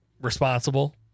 responsible